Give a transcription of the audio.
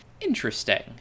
interesting